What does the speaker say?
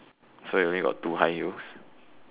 so you only got two high heels